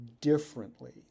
differently